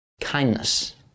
kindness